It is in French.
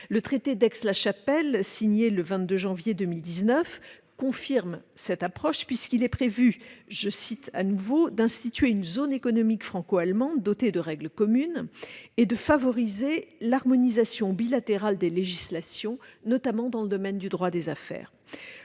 Le traité d'Aix-la-Chapelle, signé le 22 janvier 2019, confirme cette approche puisqu'il y est prévu d'« instituer une zone économique franco-allemande dotée de règles communes » et de favoriser « l'harmonisation bilatérale des législations, notamment dans le domaine du droit des affaires ».